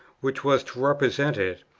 which was to represent it,